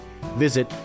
Visit